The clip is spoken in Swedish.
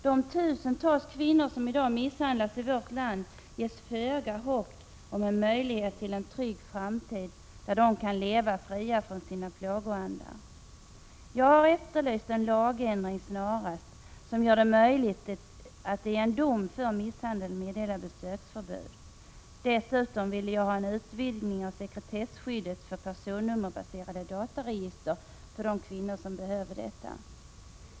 De tusentals kvinnor som i dag misshandlas i vårt land ges föga hopp om en möjlighet till en trygg framtid, där de kan leva fria från sina plågoandar. Jag har efterlyst en lagändring snarast, som gör det möjligt att i en dom för misshandel meddela besöksförbud. Dessutom vill jag ha en utvidgning av sekretesskyddet för personnummerbaserade dataregister för de kvinnor som behöver detta.